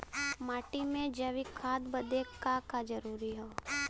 माटी में जैविक खाद बदे का का जरूरी ह?